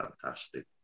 fantastic